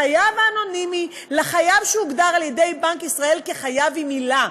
החייב האנונימי לחייב שהוגדר על-ידי בנק ישראל כחייב עם מילה.